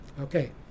Okay